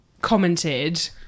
commented